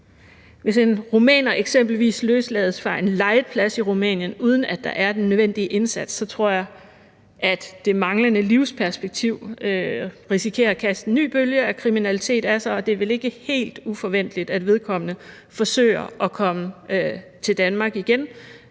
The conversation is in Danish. Hvis en rumæner eksempelvis løslades fra en lejet plads i Rumænien, uden at der er den nødvendige indsats, så tror jeg, at det manglende livsperspektiv risikerer at kaste en ny bølge af kriminalitet af sig, og det er vel ikke helt uforventeligt, at vedkommende forsøger at komme til Danmark igen